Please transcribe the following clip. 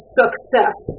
success